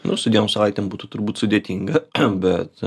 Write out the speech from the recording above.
nu su dviem savaitėm būtų turbūt sudėtinga bet